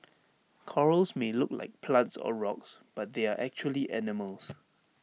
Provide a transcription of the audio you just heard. corals may look like plants or rocks but they are actually animals